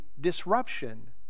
disruption